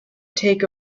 take